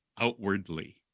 outwardly